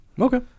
okay